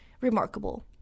remarkable